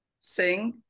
sing